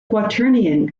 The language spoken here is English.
quaternion